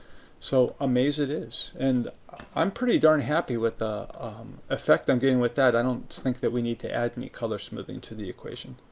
so, amaze it is. and i'm pretty happy with the effect i'm getting with that i don't think that we need to add any color smoothing to the equation.